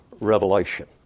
revelation